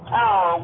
power